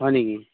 হয় নেকি